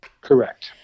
Correct